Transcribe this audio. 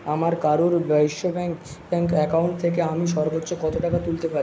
আমার কারুর বৈশ্য ব্যাঙ্ক ব্যাঙ্ক অ্যাকাউন্ট থেকে আমি সর্বোচ্চ কত টাকা তুলতে পারি